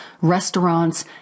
restaurants